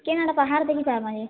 କିନ୍ ପାହାଡ଼ ଦେଖି ପାରିବା ଯେ